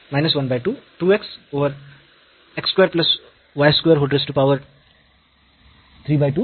येथे या टर्म चे आपण सरलीकरण करू शकतो